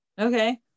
Okay